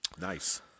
Nice